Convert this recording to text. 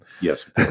yes